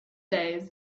days